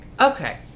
Okay